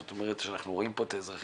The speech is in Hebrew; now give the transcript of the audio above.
זאת אומרת שאנחנו רואים פה את האזרחים